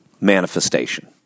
manifestation